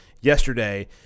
yesterday